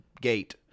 gate